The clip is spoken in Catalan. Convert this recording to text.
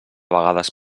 vegades